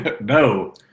no